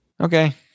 Okay